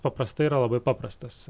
paprastai yra labai paprastas